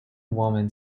women